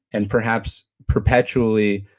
and perhaps perpetually,